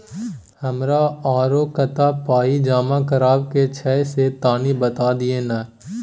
हमरा आरो कत्ते पाई जमा करबा के छै से तनी बता दिय न?